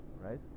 right